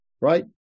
right